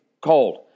cold